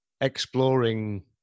exploring